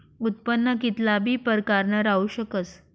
उत्पन्न कित्ला बी प्रकारनं राहू शकस